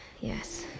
Yes